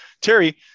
Terry